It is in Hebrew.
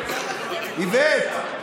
איווט,